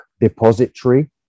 Depository